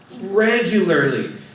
regularly